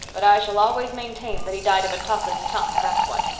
but i shall always maintain that he died of atossa's tongue, that's what.